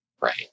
right